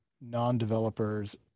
non-developers